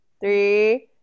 three